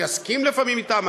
אני אסכים לפעמים אתם,